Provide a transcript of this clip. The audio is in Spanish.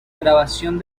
grabación